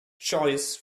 joyous